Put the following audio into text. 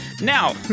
Now